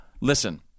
listen